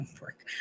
work